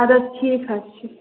اَدٕ حظ ٹھیٖک حظ چھُ